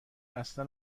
اصلا